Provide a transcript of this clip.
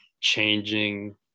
changing